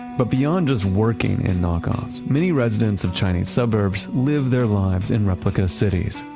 but beyond just working in knock-offs, many residents of chinese suburbs live their lives in replica cities.